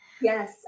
Yes